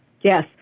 Yes